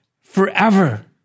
forever